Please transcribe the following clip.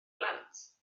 blant